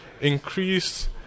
Increase